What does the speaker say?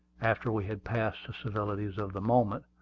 after we had passed the civilities of the moment,